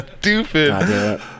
stupid